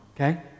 Okay